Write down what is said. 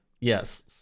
Yes